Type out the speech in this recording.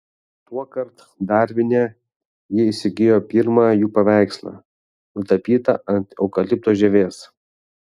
tuokart darvine ji įsigijo pirmą jų paveikslą nutapytą ant eukalipto žievės